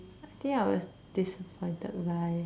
I think I was disappointed by